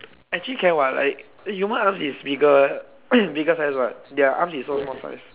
actually can what like human arms is bigger bigger size what their arms is so small size